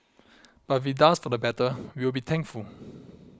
but if it does for the better we will be thankful